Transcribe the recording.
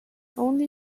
only